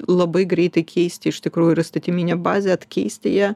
labai greitai keisti iš tikrųjų ir įstatyminę bazę atkeisti ją